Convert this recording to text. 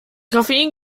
koffein